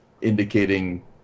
indicating